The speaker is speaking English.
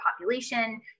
population